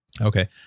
Okay